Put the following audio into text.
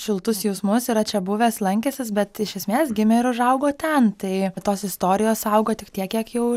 šiltus jausmus yra čia buvęs lankęsis bet iš esmės gimė ir užaugo ten tai tos istorijos auga tik tiek kiek jau